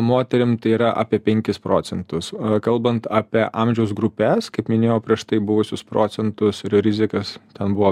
moterim tai yra apie penkis procentus kalbant apie amžiaus grupes kaip minėjau prieš tai buvusius procentus ir rizikas ten buvo